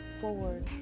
forward